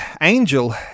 angel